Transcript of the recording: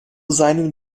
seinen